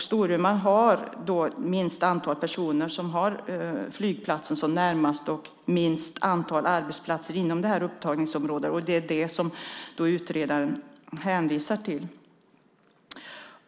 Storuman har minst antal personer som har flygplatsen som närmaste flygplats och minst antal arbetsplatser inom upptagningsområdet. Det är det som utredaren hänvisar till.